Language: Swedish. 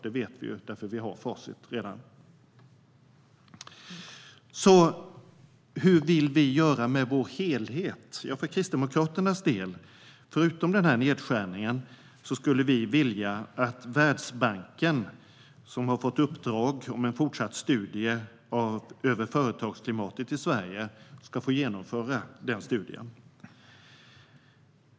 Det vet vi, för vi har redan facit. Hur vill vi göra med vår helhet? Förutom den här nedskärningen vill vi kristdemokrater att Världsbanken, som har fått uppdrag om en fortsatt studie över företagsklimatet i Sverige, ska få genomföra den studien.